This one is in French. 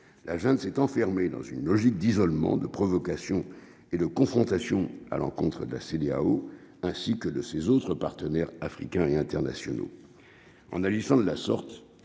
la junte s'est enfermé dans une logique d'isolement de provocation et le confrontation à l'encontre de la CEDEAO, ainsi que le ses autres partenaires africains et internationaux